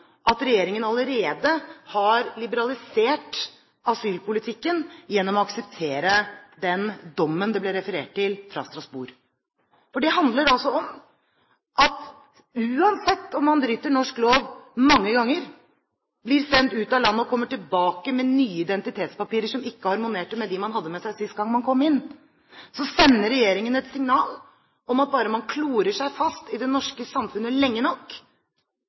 at regjeringen allerede har liberalisert asylpolitikken ved å akseptere den dommen det ble referert til, fra Strasbourg. Det handler altså om at regjeringen, uansett om man bryter norsk lov mange ganger og man blir sendt ut av landet og kommer tilbake med nye identitetspapirer som ikke harmonerer med dem man hadde med seg sist gang man kom inn, sender et signal om at bare man klorer seg fast i det norske samfunnet lenge nok